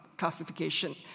Classification